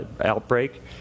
outbreak